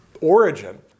origin